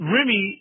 Remy